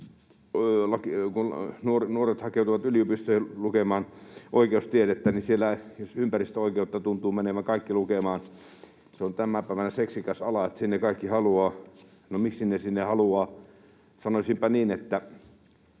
kun nuoret hakeutuvat yliopistoihin lukemaan oikeustiedettä, niin ympäristöoikeutta tuntuvat kaikki menevän lukemaan. Se on tänä päivänä seksikäs ala, eli sinne kaikki haluavat. No, miksi he sinne haluavat? Sanoisinpa niin, että